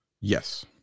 Yes